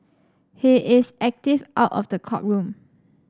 he is active out of the courtroom